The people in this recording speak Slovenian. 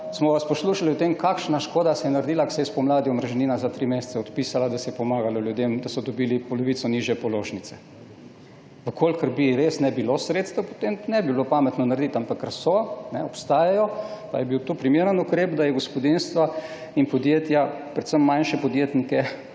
smo vas pa poslušali, kakšna škoda se je naredila, ko se je spomladi omrežnina za tri mesece odpisala, da se je pomagalo ljudem, da so dobili za polovico nižje položnice. Če bi res ne bilo sredstev, potem ne bi bilo pametno to narediti, ampak ker so, obstajajo, pa je bil to primeren ukrep, da je gospodinjstva in podjetja, predvsem manjše podjetnike,